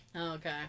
okay